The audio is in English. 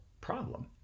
problem